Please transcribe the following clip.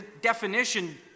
definition